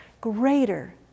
greater